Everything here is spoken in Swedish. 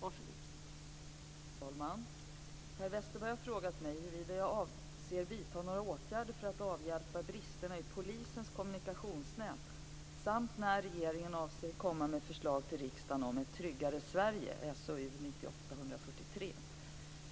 Fru talman! Per Westerberg har frågat mig huruvida jag avser vidta några åtgärder för att avhjälpa bristerna i polisens kommunikationsnät samt när regeringen avser att komma med förslag till riksdagen om Ett tryggare Sverige .